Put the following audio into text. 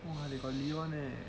!wah! they got leon leh